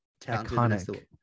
iconic